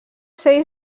ser